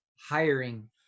Hiring